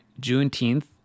Juneteenth